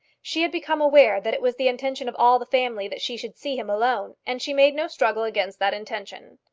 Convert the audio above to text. she had become aware that it was the intention of all the family that she should see him alone, and she made no struggle against that intention.